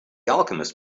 alchemist